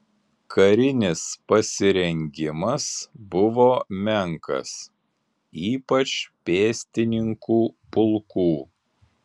karinis pasirengimas buvo menkas ypač pėstininkų pulkų